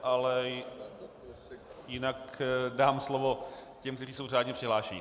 Ale jinak dám slovo těm, kteří jsou řádně přihlášeni.